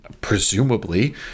presumably